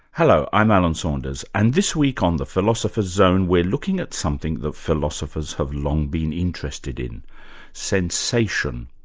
hello, i'm alan saunders, and this week on the philosopher's zone we're looking at something that philosophers have long been interested in sensation.